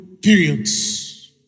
periods